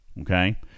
Okay